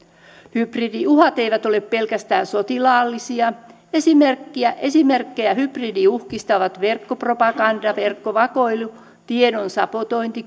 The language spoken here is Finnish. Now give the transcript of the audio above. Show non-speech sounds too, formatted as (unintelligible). hybridiuhat eivät ole pelkästään sotilaallisia esimerkkejä esimerkkejä hybridiuhkista ovat verkkopropaganda verkkovakoilu tiedon sabotointi (unintelligible)